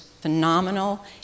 phenomenal